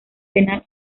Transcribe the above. penal